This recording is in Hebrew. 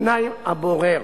2. הבורר,